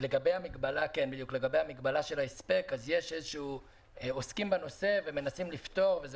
לגבי המגבלה של ההספק עוסקים בנושא ומנסים לפתור וזה